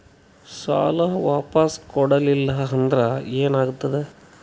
ಸಾಲ ವಾಪಸ್ ಕೊಡಲಿಲ್ಲ ಅಂದ್ರ ಏನ ಆಗ್ತದೆ?